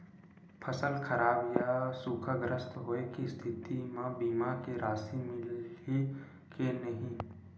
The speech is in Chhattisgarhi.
फसल खराब या सूखाग्रस्त होय के स्थिति म बीमा के राशि मिलही के नही?